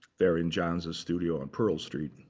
there in john's ah studio on pearl street. and